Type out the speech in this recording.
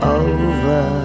over